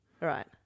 Right